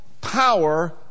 power